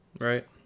right